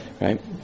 right